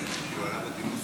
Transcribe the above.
רג'וב.